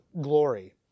glory